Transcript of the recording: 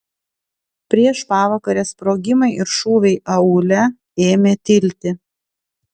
prieš pavakarę sprogimai ir šūviai aūle ėmė tilti